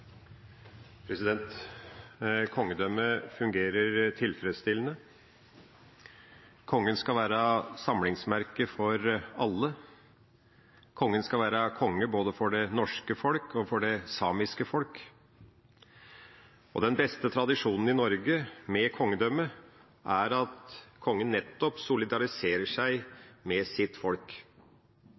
Kongedømmet fungerer tilfredsstillende. Kongen skal være samlingsmerke for alle. Kongen skal være konge både for det norske folk og for det samiske folk. Den beste tradisjonen med kongedømmet i Norge er at kongen nettopp solidariserer seg med sitt folk.